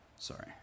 Sorry